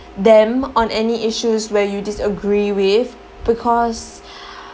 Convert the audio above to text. them on any issues where you disagree with because